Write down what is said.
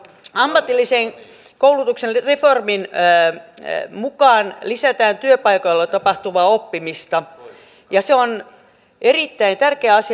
ammatillisen koulutuksen reformin mukaan lisätään työpaikoilla tapahtuvaa oppimista ja se on erittäin tärkeä asia